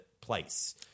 place